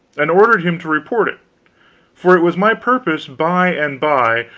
and ordered him to report it for it was my purpose by and by,